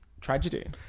Tragedy